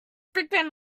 brickman